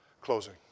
closing